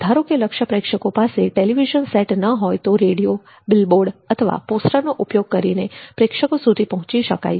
ધારો કે લક્ષ્ય પ્રેક્ષકો પાસે ટેલિવિઝન સેટ ન હોય તો રેડીયો બિલબોર્ડ અથવા પોસ્ટરનો ઉપયોગ કરીને પ્રેક્ષકો સુધી પહોંચી શકાય છે